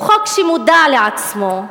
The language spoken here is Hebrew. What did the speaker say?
הוא חוק שמודע לעצמו,